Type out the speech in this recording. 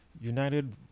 United